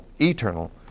eternal